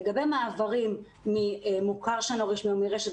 לגבי מעברים ממוכר שאינו רשמי או מרשת,